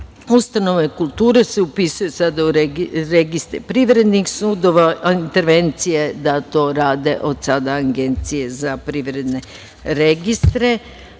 kulture upisuju se sada u registre privrednih sudova, intervencija je da to rade od sada Agencije za privredne registre,